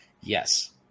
Yes